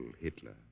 Hitler